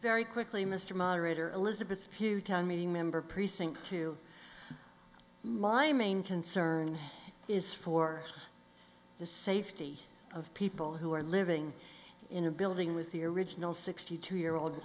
very quickly mr moderator elizabeth hugh town meeting member precinct two my main concern is for the safety of people who are living in a building with the original sixty two year old